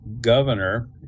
governor